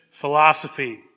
philosophy